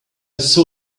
saw